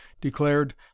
declared